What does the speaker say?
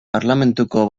parlamentu